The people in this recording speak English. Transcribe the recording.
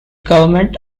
government